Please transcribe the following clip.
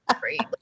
great